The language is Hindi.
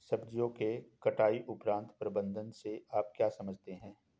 सब्जियों के कटाई उपरांत प्रबंधन से आप क्या समझते हैं?